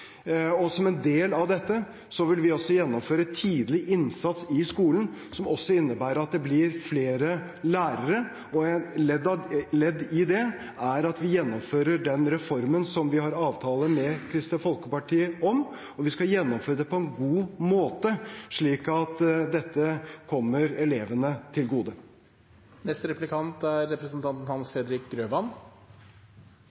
i. Som en del av dette vil vi også gjennomføre tidlig innsats i skolen, som også innebærer at det blir flere lærere. Et ledd i det er at vi gjennomfører den reformen som vi har en avtale med Kristelig Folkeparti om, og vi skal gjennomføre den på en god måte, slik at dette kommer elevene til gode.